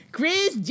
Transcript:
Chris